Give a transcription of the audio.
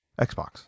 Xbox